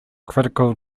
critical